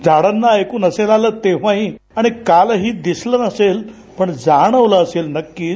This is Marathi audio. झाडांना ऐकू नसेल आलं तेव्हाही आणि कालही दिसलं ही नसेल पण जाणवलं असेल नक्कीच